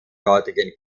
dortigen